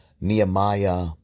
Nehemiah